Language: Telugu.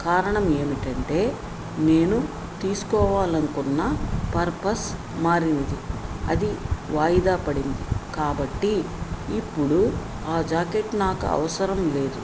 కారణం ఏమిటంటే నేను తీసుకోవాలనుకున్న పర్పస్ మారింది అది వాయిదా పడింది కాబట్టి ఇప్పుడు ఆ జాకెట్ నాకు అవసరం లేదు